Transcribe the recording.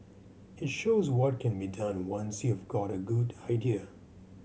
it shows what can be done once you've got a good idea